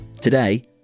Today